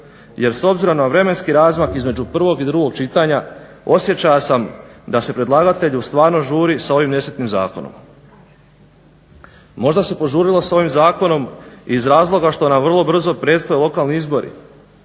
jer s obzirom na vremenski razmak između prvog i drugog čitanja osjećao sam da se predlagatelju stvarno žuri sa ovim nesretnim zakonom. Možda se požurilo sa ovim zakonom iz razloga što nam vrlo brzo predstoje lokalni izbori,